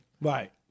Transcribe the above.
Right